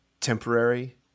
temporary